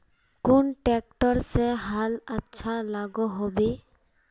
कुन ट्रैक्टर से हाल अच्छा लागोहो होबे?